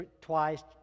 twice